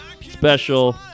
Special